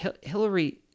Hillary